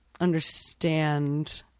understand